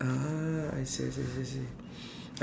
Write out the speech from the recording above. ah I see I see I see I see